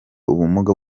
ubumuga